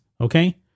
Okay